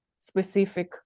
specific